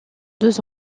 deux